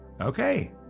Okay